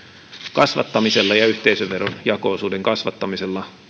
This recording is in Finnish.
kasvattamisella ja yhteisöveron jako osuuden kasvattamisella